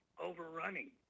overrunning